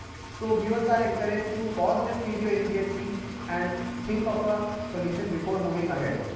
so viewers are encouraged to pause this video immediately and think of a solution before moving ahead.